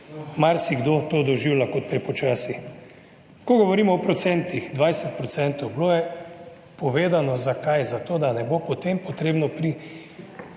marsikdo to doživlja kot prepočasi. Ko govorimo o procentih, 20 %. Bilo je povedano, zakaj - zato da ne bo potem potrebno pri